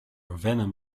venom